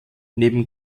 neben